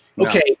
Okay